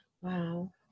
Wow